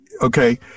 Okay